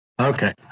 Okay